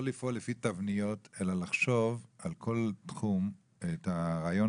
לא לפעול לפי תבניות אלא לחשוב בכל תחום על הרעיון